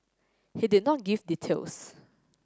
he did not give details